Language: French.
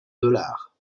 dollars